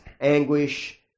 anguish